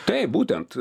taip būtent